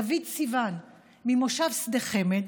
דוד סיוון ממושב שדי חמד,